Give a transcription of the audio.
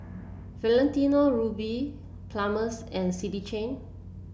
Valentino Rudy Palmer's and City Chain